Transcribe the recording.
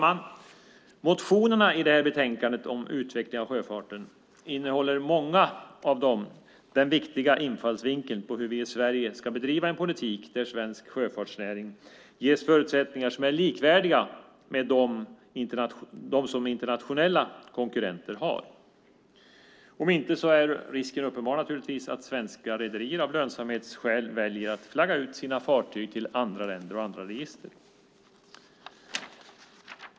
Många av motionerna i detta betänkande om utvecklingen av sjöfarten innehåller den viktiga infallsvinkeln hur vi i Sverige ska bedriva en politik där svensk sjöfartsnäring ges förutsättningar som är likvärdiga med dem som internationella konkurrenter har. Annars är risken uppenbar att svenska rederier av lönsamhetsskäl väljer att flagga ut sina fartyg till andra länder och andra register.